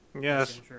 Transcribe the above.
Yes